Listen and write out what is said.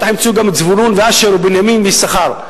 בטח ימצאו גם את זבולון ואשר ובנימין ויששכר.